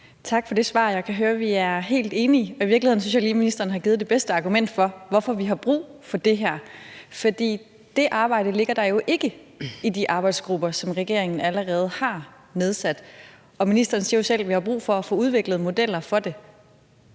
Tak for det svar. Jeg kan høre, at vi er helt enige, og i virkeligheden synes jeg lige, ministeren har givet det bedste argument for, hvorfor vi har brug for det her. For det arbejde ligger jo ikke i de arbejdsgrupper, som regeringen allerede har nedsat, og ministeren siger jo selv, at vi har brug for at få udviklet modeller for det.